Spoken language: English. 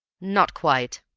not quite,